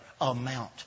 amount